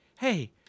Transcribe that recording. Hey